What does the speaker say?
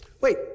wait